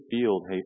field